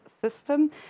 system